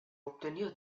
obtenir